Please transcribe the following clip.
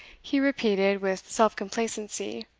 he repeated, with self-complacency,